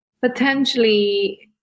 potentially